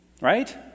right